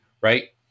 right